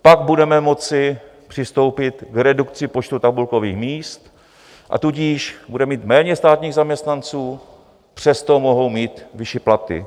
Pak budeme moci přistoupit k redukci počtu tabulkových míst, a tudíž budeme mít méně státních zaměstnanců, přesto mohou mít vyšší platy.